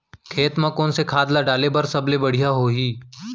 खेत म कोन खाद ला डाले बर सबले बढ़िया होही?